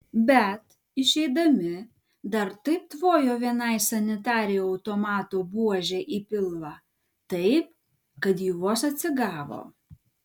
bet išeidami dar taip tvojo vienai sanitarei automato buože į pilvą taip kad ji vos atsigavo